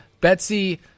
Betsy